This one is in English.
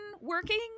working